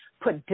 put